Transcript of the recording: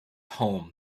home